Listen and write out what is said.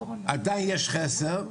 עדיין יש חסר,